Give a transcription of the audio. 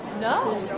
know,